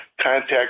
contact